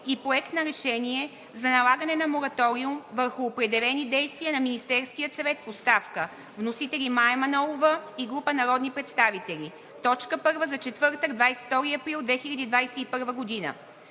Проект на решение за налагане на мораториум върху определени действия на Министерския съвет в оставка. Вносители – Мая Манолова и група народни представители – точка първа за четвъртък, 22 април 2021 г.